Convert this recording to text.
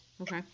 Okay